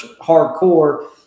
hardcore